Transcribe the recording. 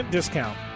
discount